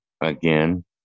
Again